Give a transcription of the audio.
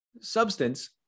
substance